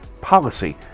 policy